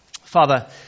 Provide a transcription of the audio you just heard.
Father